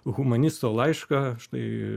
humanisto laišką štai